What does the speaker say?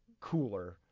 cooler